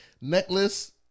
necklace